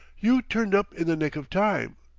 you turned up in the nick of time,